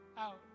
out